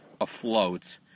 afloat